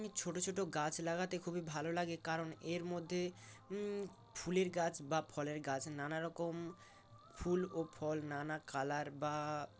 ছোট ছোট গাছ লাগাতে খুবই ভালো লাগে কারণ এর মধ্যে ফুলের গাছ বা ফলের গাছ নানা রকম ফুল ও ফল নানা কালার বা